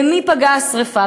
במי פגעה השרפה?